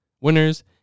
winners